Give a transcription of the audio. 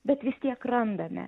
bet vis tiek randame